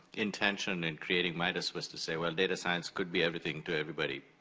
intention in creating midas was to say well, data science could be everything to everybody.